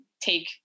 take